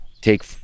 take